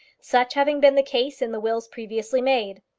such having been the case in the wills previously made.